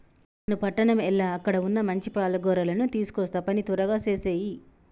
నాను పట్టణం ఎల్ల అక్కడ వున్న మంచి పాల గొర్రెలను తీసుకొస్తా పని త్వరగా సేసేయి